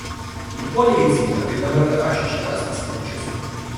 įpuolei į cypę tai dabar aš iš tavęs pasityčiosiu